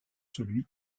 celui